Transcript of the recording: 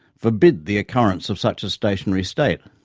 forbid the occurrence of such a stationary state.